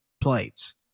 plates